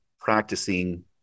practicing